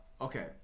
okay